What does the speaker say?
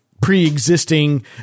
pre-existing